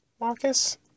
Marcus